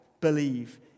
believe